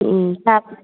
তাত